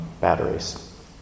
batteries